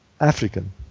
African